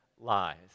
lies